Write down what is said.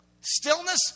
Stillness